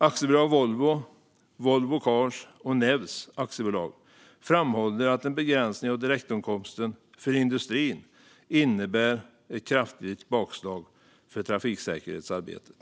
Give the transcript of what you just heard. Aktiebolaget Volvo, Volvo Cars och aktiebolaget Nevs framhåller att en begränsning av direktåtkomsten för industrin innebär ett kraftigt bakslag för trafiksäkerhetsarbetet.